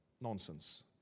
nonsense